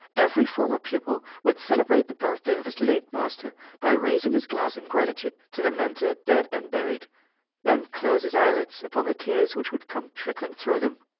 every former pupil would celebrate the birthday of his late master by raising his glass in gratitude to the mentor dead and buried then close his eyelids upon the tears which would come trickling through them.